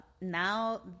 Now